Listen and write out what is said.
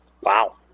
Wow